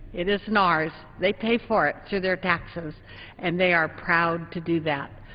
it isn't ours. they pay for it through their taxes and they are proud to do that.